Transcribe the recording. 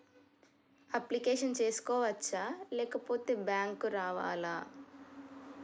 Application చేసుకోవచ్చా లేకపోతే bank రావాలా?